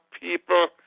people